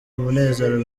umunezero